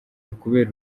kubera